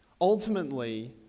Ultimately